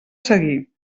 seguir